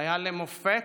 חייל למופת,